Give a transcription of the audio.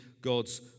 God's